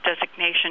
designation